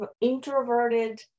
introverted